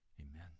Amen